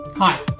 Hi